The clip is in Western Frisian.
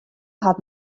hat